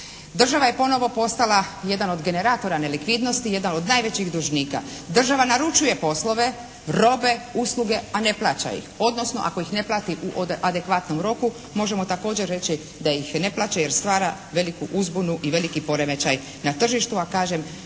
Država je ponovo postala jedan od generatora nelikvidnosti, jedan od najvećih dužnika. Država naručuje poslove, robe, usluge, a ne plaća ih. Odnosno ako ih ne plati u adekvatnom roku možemo također reći da ih ne plaća jer stvara veliku uzbunu i veliki poremećaj na tržištu, a kažem